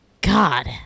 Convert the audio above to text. God